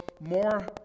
more